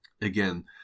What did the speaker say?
Again